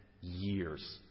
years